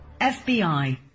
FBI